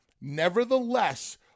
Nevertheless